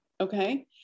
Okay